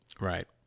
Right